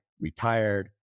retired